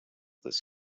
this